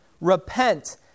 Repent